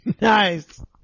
nice